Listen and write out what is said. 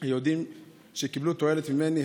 היודעים שקיבלו תועלת ממני,